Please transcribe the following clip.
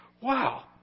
wow